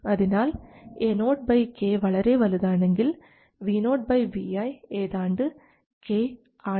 അതിനാൽ Aok വളരെ വലുതാണെങ്കിൽ VoVi ഏതാണ്ട് k ആണ്